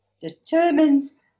determines